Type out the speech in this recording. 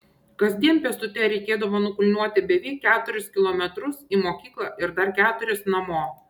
kasdien pėstute reikėdavo nukulniuoti beveik keturis kilometrus į mokyklą ir dar keturis namo